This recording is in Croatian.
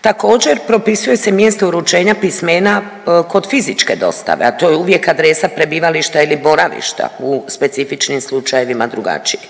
Također, propisuje se mjesto uručenja pismena kod fizičke dostave, a to je uvijek adresa prebivališta ili boravišta u specifičnim slučajevima drugačije.